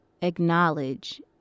acknowledge